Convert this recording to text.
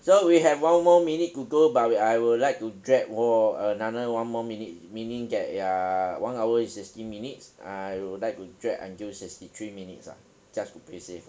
so we have one more minute to go but I would like to drag for another one more minute meaning that ya one hour is sixty minutes I would like to drag until sixty three minutes lah just to be safe